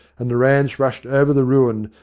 and the ranns rushed over the ruin,